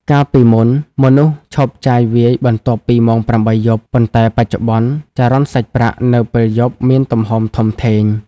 កាលពីមុន មនុស្សឈប់ចាយវាយបន្ទាប់ពីម៉ោង ៨ យប់ ប៉ុន្តែបច្ចុប្បន្ន ចរន្តសាច់ប្រាក់នៅពេលយប់មានទំហំធំធេង។